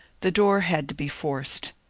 the door had to be forced.